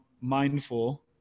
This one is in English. mindful